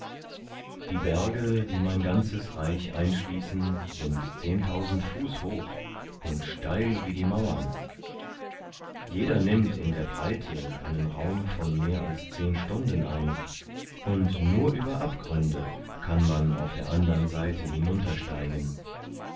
die berge die mein ganzes reich einschließen sind fuß hoch und steil wie die mauern jeder nimmt in der breite einen raum von mehr als zehn stunden ein und nur über abgründe kann man auf der andern seite